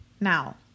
Now